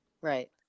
Right